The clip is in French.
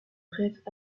reds